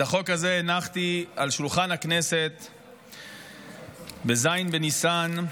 את החוק הזה הנחתי על שולחן הכנסת בז' בניסן,